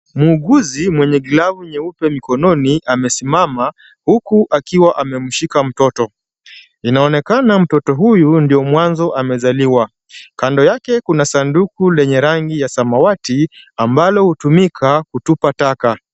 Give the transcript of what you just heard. Muuguzi mwenye glavu nyeupe mikononi amesimama, huku akiwa amemshika mtoto. Inaonekana mtoto huyu ndio mwanzo amezaliwa. Kando yake kuna sanduku lenye rangi ya samawati, ambalo hutumika kutupa taka.